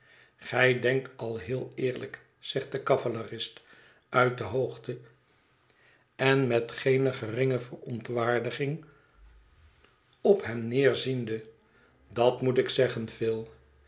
gij denkt al heel eerlijk zegt de cavalerist uit de hoogte en met geene geringe verontwaardiging op hem neer ziende dat moet ik zeggen phil